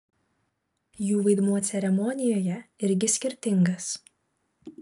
jų vaidmuo ceremonijoje irgi skirtingas